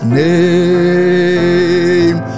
name